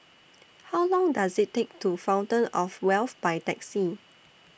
How Long Does IT Take to Fountain of Wealth By Taxi